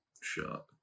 shot